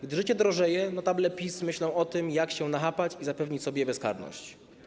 Gdy życie drożeje, notable PiS myślą o tym, jak się nachapać i zapewnić sobie bezkarność.